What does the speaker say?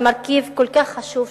למרכיב כל כך חשוב,